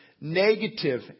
negative